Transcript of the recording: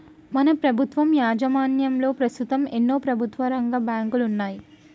మన ప్రభుత్వం యాజమాన్యంలో పస్తుతం ఎన్నో ప్రభుత్వరంగ బాంకులున్నాయి